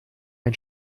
ein